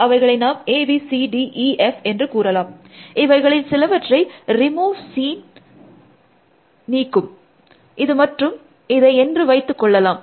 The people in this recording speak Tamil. அவைகளை நாம் A B C D E F என்று கூறலாம் இவைகளில் சிலவற்றை ரிமூவ் சீன் நீக்கும் இது மற்றும் இதை என்று வைத்து கொள்ளலாம்